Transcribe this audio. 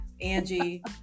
Angie